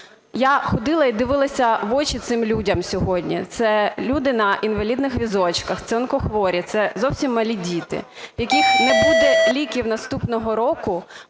Я ходила і дивилася в очі цим людям сьогодні. Це люди на інвалідних візочках, це онкохворі, це зовсім малі діти, в яких не буде ліків наступного року,